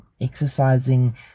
exercising